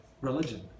religion